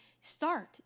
start